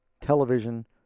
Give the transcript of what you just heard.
television